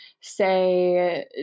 say